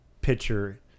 picture